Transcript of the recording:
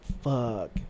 Fuck